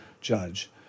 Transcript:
judge